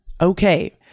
Okay